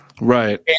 Right